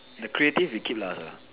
the creative you keep last lah